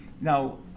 now